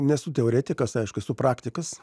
nesu teoretikas aišku esu praktikas